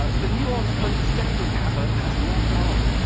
ah the nuanced understanding-haver has logged on.